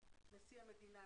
נשיא המדינה,